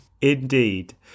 Indeed